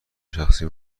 شخصی